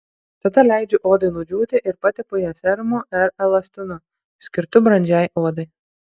tada leidžiu odai nudžiūti ir patepu ją serumu ar elastinu skirtu brandžiai odai